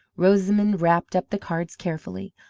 rosamond wrapped up the cards carefully.